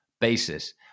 basis